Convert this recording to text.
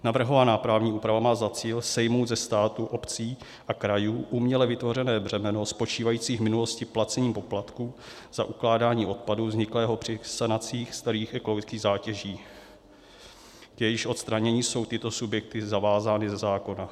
Navrhovaná právní úprava má za cíl sejmout ze státu, obcí a krajů uměle vytvořené břemeno spočívající v minulosti v placení poplatků za ukládání odpadu vzniklého při sanacích starých ekologických zátěží, k jejichž odstranění jsou tyto subjekty zavázány ze zákona.